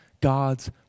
God's